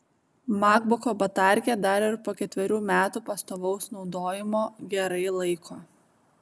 makbuko batarkė dar ir po ketverių metų pastovaus naudojimo gerai laiko